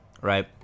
right